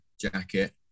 jacket